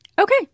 Okay